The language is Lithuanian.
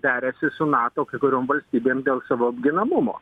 derasi su nato kai kuriom valstybėm dėl savo apginamumo